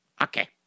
okay